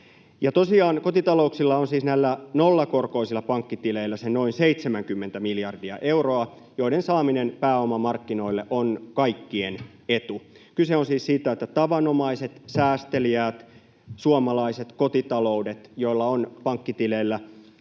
kotitalouksilla on nollakorkoisilla pankkitileillä se noin 70 miljardia euroa, joiden saaminen pääomamarkkinoille on kaikkien etu. Kyse on siis siitä, että tavanomaisilla, säästeliäillä suomalaisilla kotitalouksilla, joilla on pankkitileillä